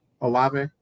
Olave